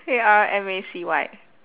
A R M A C Y